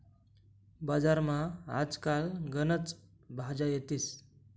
बजारमा आज काल गनच भाज्या येतीस